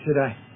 today